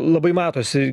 labai matosi